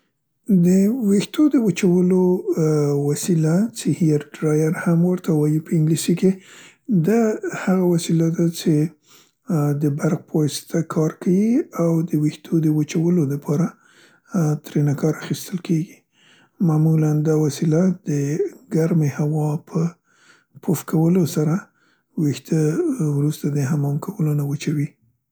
دې ویښتو د وچولو وسیله څې هیرډرایر هم ورته وایو په انګلیسي کې ده هغه وسیله ده څې د برق په واسطه کار کیي او د ویښتو د وچولو دپاره، ا، ترېنه کار اخیستل کیګي. معمولاً دا وسیله د ګرمې هوا په پف کولو سره ویښته وروسته د حمام کولو نه وچوي.